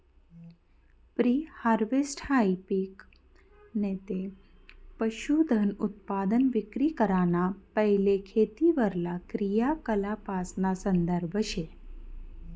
pre हारवेस्टहाई पिक नैते पशुधनउत्पादन विक्री कराना पैले खेतीवरला क्रियाकलापासना संदर्भ शे